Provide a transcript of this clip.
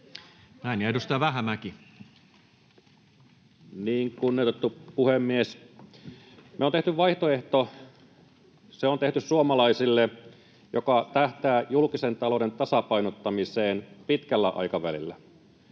Content: Kunnioitettu puhemies! Me ollaan tehty vaihtoehto — ja se on tehty suomalaisille — joka tähtää julkisen talouden tasapainottamiseen pitkällä aikavälillä.